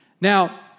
Now